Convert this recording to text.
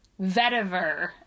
Vetiver